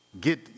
get